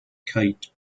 kite